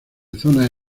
zonas